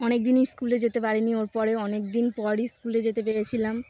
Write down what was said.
অনেকদিনই স্কুলে যেতে পারিনি ওর পরে অনেক দিন পরই স্কুলে যেতে পেরেছিলাম